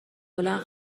بلند